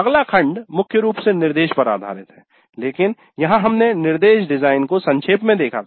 अगला खंड मुख्य रूप से निर्देश पर आधारित है लेकिन यहां हमने निर्देश डिजाइन को संक्षेप में देखा